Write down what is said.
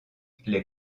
les